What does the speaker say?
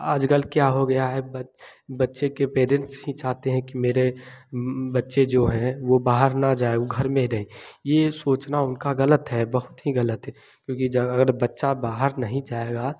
आज कल क्या हो गया है बच बच्चे के पेरेंट्स नहीं चाहते हैं कि मेरे बच्चे जो हैं वह बाहर ना जाए वह घर में रहें ये सोचना उनका ग़लत है बहुत ही ग़लत है क्योंकि जब अगर बच्चा बाहर नहीं जाएगा